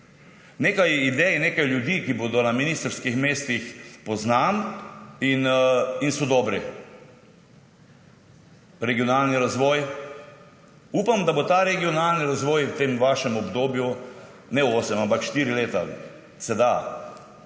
Nekaj idej nekaj ljudi, ki bodo na ministrskih mestih, poznam in so dobre. Regionalni razvoj. Upam, da bo ta regionalni razvoj v tem vašem obdobju – ne osem, ampak štiri leta, se da